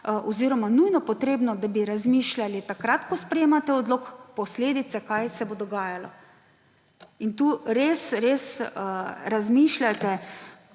nujno potrebno, da bi razmišljali takrat, ko sprejemate odlok, o posledicah, kaj se bo dogajalo. In tu res res razmišljajte